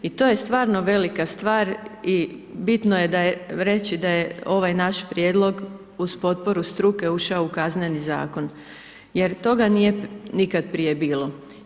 I to je stvarno velika stvar i bitno je reći da je ovaj naš prijedlog uz potporu struke ušao u Kazneni zakon jer toga nije nikad prije bilo.